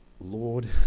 Lord